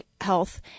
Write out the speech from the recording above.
health